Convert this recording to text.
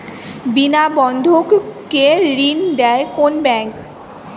বিনা বন্ধক কে ঋণ দেয় কোন ব্যাংক?